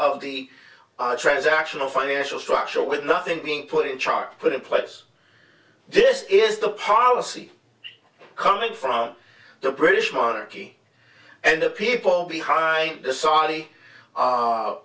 of the transactional financial structure with nothing being put in charge put in place this is the policy coming from the british monarchy and the people behind the saudi